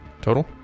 total